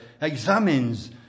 examines